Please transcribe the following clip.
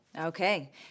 Okay